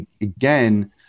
again